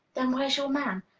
then where's your man?